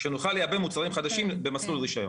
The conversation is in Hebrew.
שנוכל לייבא מוצרים חדשים במסלול רישיון.